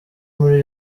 muri